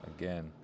again